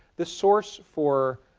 the source for